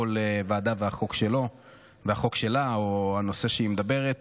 כל ועדה והחוק שלה או הנושא שהיא מדברת.